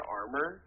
armor